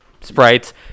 sprites